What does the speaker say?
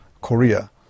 korea